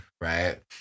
right